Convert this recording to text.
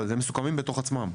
אבל, הם מסוכמים בתוך עצמם.